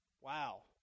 Wow